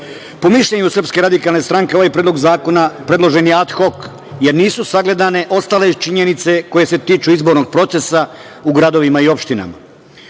mišljenju SRS ovaj Predlog zakona predložen je ad hok jer nisu sagledane ostale činjenice koje se tiču izbornog procesa u gradovima i opštinama.